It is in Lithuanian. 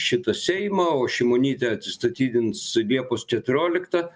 šitą seimą o šimonytė atsistatydins liepos keturioliktą